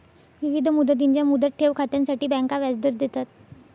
विविध मुदतींच्या मुदत ठेव खात्यांसाठी बँका व्याजदर देतात